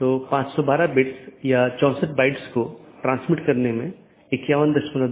एक अन्य अवधारणा है जिसे BGP कंफेडेरशन कहा जाता है